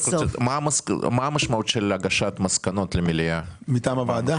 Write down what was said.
מה המשמעות של הגשת מסקנות למליאה מטעם הוועדה?